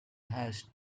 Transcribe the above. has